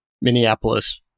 Minneapolis